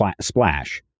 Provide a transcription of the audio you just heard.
splash